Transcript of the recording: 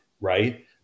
Right